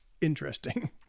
interesting